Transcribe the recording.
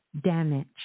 damage